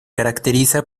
caracteriza